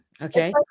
Okay